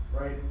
right